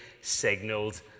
signaled